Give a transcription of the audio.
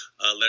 let